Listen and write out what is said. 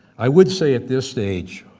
i would say at this stage,